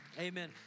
Amen